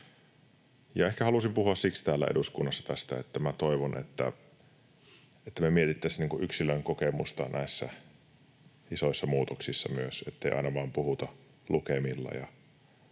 Ehkä halusin puhua täällä eduskunnassa tästä siksi, että minä toivon, että me mietittäisiin yksilön kokemusta näissä isoissa muutoksissa myös, ettei aina vaan puhuta lukemilla ja